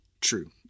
True